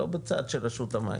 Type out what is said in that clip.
לא בצד של רשות המים.